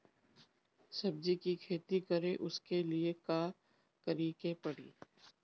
सब्जी की खेती करें उसके लिए का करिके पड़ी?